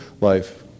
life